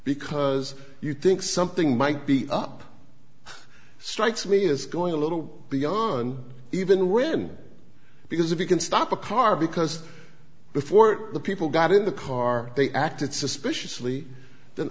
because you think something might be up strikes me is going a little beyond even women because if you can stop a car because before the people got in the car they acted suspiciously then